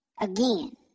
again